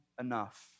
enough